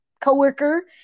coworker